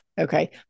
Okay